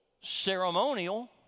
ceremonial